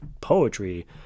poetry –